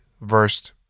versed